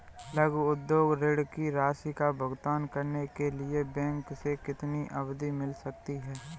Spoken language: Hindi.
लघु उद्योग ऋण की राशि का भुगतान करने के लिए बैंक से कितनी अवधि मिल सकती है?